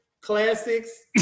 classics